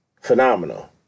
phenomenal